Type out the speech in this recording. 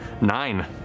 nine